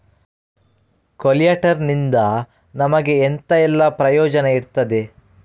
ಕೊಲ್ಯಟರ್ ನಿಂದ ನಮಗೆ ಎಂತ ಎಲ್ಲಾ ಪ್ರಯೋಜನ ಇರ್ತದೆ?